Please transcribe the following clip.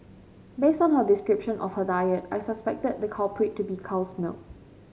based on her description of her diet I suspected the culprit to be cow's milk